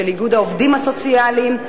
של איגוד העובדים הסוציאליים.